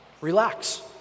relax